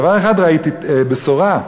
דבר אחד ראיתי בו בשורה: